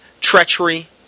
treachery